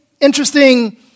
interesting